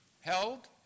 held